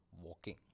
walking